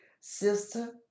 Sister